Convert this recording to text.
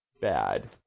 bad